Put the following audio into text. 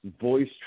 Voice